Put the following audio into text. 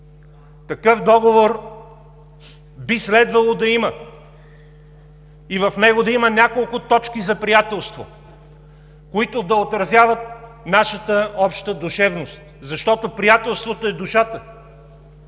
такъв договор би следвало да има и в него да има няколко точки за приятелство, които да отразяват нашата обща душевност, защото приятелството е душата.